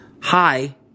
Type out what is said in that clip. Hi